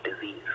disease